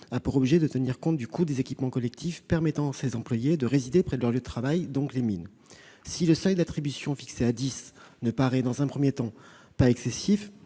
a pour objet de tenir compte du coût des équipements collectifs permettant à ces employés de résider près de leur lieu de travail, donc les mines. Si le seuil d'attribution fixé à dix ne paraît pas, dans un premier temps, excessif,